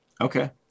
Okay